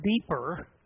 deeper